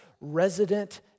resident